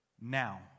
now